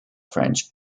french